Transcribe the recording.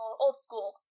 old-school